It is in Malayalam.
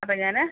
അപ്പം ഞാന്